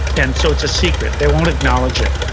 and so it's a secret, they won't acknowledge it.